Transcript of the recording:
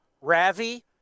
Ravi